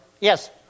Yes